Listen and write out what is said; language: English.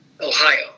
Ohio